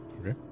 Okay